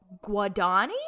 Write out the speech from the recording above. Guadani